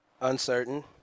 Uncertain